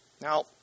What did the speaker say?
Now